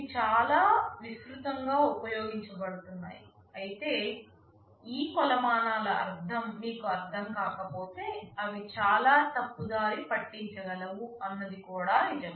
ఇవి చాలా విస్తృతంగా ఉపయోగించబడుతున్నాయి అయితే ఈ కొలమానాల అర్థం మీకు అర్థం కాకపోతే అవి చాలా తప్పుదారి పట్టించ గలవు అన్నది కూడా నిజం